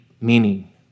meaning